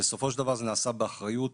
בסופו של דבר, זה נעשה באחריות